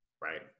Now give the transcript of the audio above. Right